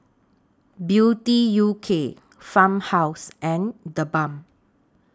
Beauty U K Farmhouse and The Balm